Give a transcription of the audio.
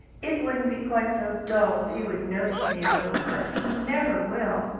it wouldn't be quite so dull if he would notice me a little but he never will